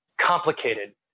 complicated